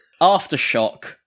Aftershock